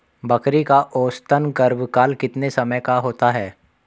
बकरी का औसतन गर्भकाल कितने समय का होता है?